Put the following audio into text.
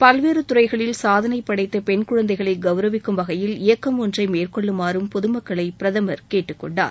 பல்வேறு துறைகளில் சாதனைப் படைத்த பெண்குழந்தைகளை கவுரவிக்கும் வகையில் இயக்கம் ஒன்றை மேற்கொள்ளுமாறும் பொதுமக்களை பிரதமர் கேட்டுக் கொண்டார்